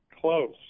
Close